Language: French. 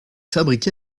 fabriqué